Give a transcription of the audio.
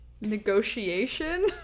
negotiation